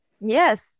yes